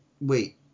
wait